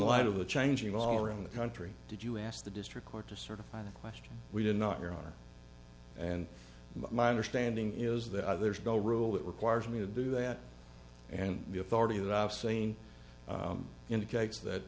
light of the changing all around the country did you ask the district court to certify the question we did not your honor and my understanding is that there's no rule that requires me to do that and the authority that i've seen indicates that